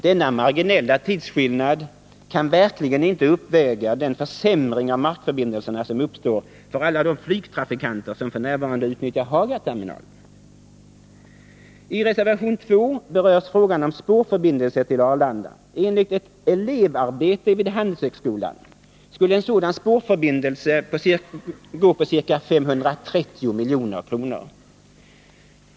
Denna marginella tidsskillnad kan verkligen inte uppväga den försämring av markförbindelserna som uppstår för alla de flygtrafikanter som f. n. utnyttjar Hagaterminalen. Nr 53 I reservation 2 berörs frågan om en spårförbindelse till Arlanda. Enligt ett elevarbete vid Handelshögskolan skulle en sådan spårförbindelse gå på ca 530 milj.kr.